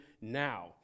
now